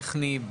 טכני,